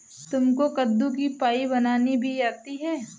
तुमको कद्दू की पाई बनानी भी आती है?